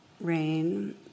RAIN